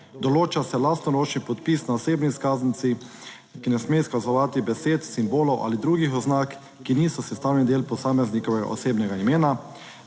določa se lastnoročni podpis na osebni izkaznici, ki ne sme izkazovati besed, simbolov ali drugih oznak, ki niso sestavni del posameznikovega osebnega imena.